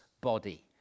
body